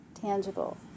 tangible